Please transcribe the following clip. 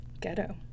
Ghetto